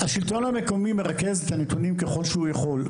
השלטון המקומי מרכז את הנתונים ככל שהוא יכול.